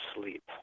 sleep